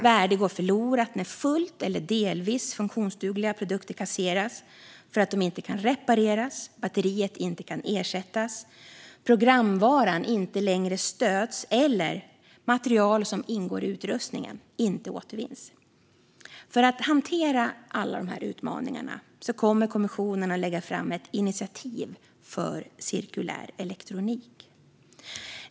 Värde går förlorat när fullt eller delvis funktionsdugliga produkter kasseras för att de inte kan repareras, batteriet inte kan ersättas, programvaran inte längre stöds eller material som ingår i utrustningen inte återvinns. För att hantera alla dessa utmaningar kommer kommissionen att lägga fram ett initiativ för cirkulär elektronik.